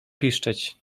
piszczeć